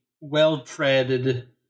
well-treaded